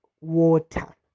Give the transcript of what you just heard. water